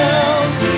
else